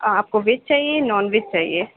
آپ کو ویج چاہیے نان ویج چاہیے